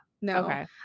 no